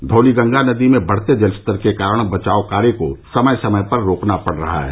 धौलीगंगा नदी में बढ़ते जलस्तर के कारण बचाव कार्य को समय समय पर रोकना पड़ रहा है